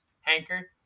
Hanker